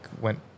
went